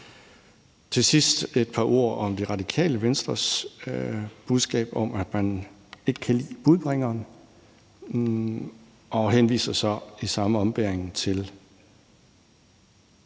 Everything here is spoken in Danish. jeg sige et par ord om Radikale Venstres budskab om, at man ikke kan lide budbringeren, og i samme ombæring